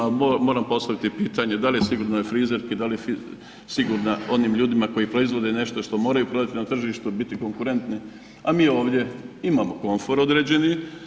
A moram postaviti i pitanje da li je sigurna i frizerki, da li je sigurna onim ljudima koji proizvode nešto što moraju prodati na tržištu, biti konkurentni a mi ovdje imamo komfor određeni.